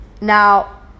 Now